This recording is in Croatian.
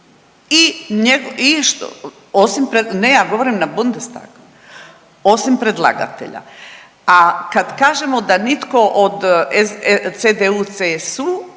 se ne razumije/… ne ja govorim na Bundestag, osim predlagatelja. A kad kažemo da nitko od CDU, CSU